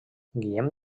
guillem